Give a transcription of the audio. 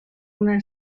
una